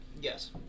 Yes